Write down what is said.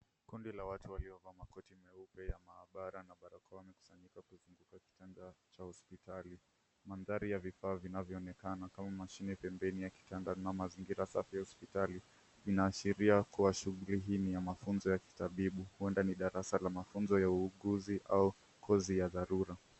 Kundi la watu waliovaa makoti meupe ya maabara na barakoa, wamekusanyika kuzunguka kitanda cha hospitali. Mandhari ya vifaa vinavyoonekana kama mashine pembeni ya kitanda na mazingira safi ya hospitali inaashiria kuwa shughuli hii ni ya mafunzo ya kitabibu, huenda darasa la mafunzo ya uuguzi au kozi ya dharura.